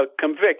convict